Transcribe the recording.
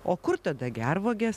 o kur tada gervuogės